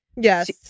Yes